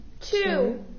two